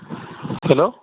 hello